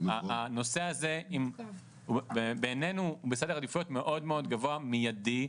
הנושא הזה הוא בעינינו בסדר עדיפויות מאוד גבוהה ומידי,